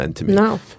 No